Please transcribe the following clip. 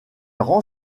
rend